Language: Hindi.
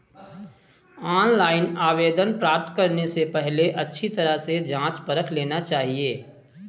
ऑनलाइन आवेदन प्राप्त करने से पहले अच्छी तरह से जांच परख लेना चाहिए